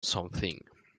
something